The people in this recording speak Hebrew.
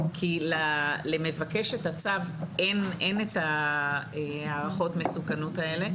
כי למבקש את הצו אין את הערכות מסוכנות האלה.